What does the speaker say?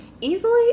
Easily